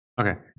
Okay